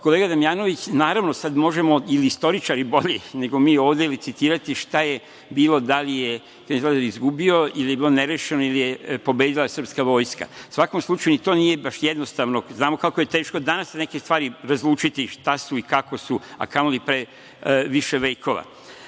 kolega Damjanović, naravno, sada možemo mi, ili bolje istoričari nego mi ovde citirati šta je bilo, da li je knez Lazar izgubio ili je bilo nerešeno ili je pobedila srpska vojska. U svakom slučaju, ni to nije baš jednostavno. Znamo kako je teško danas neke stvari razlučiti šta su i kako su, a kamoli pre više vekova.